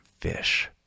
fish